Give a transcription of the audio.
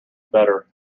better